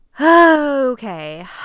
okay